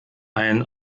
ein